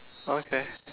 okay